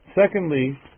Secondly